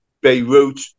Beirut